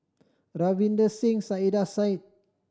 Ravinder Singh Saiedah Said